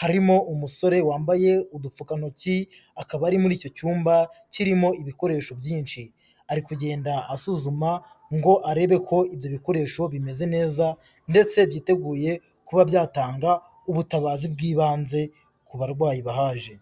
harimo umusore wambaye udupfukantoki, akaba ari muri icyo cyumba kirimo ibikoresho byinshi. Ari kugenda asuzuma ngo arebe ko ibyo bikoresho bimeze neza ndetse byiteguye kuba byatanga ubutabazi bw'ibanze ku barwayi bahaje.